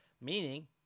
meaning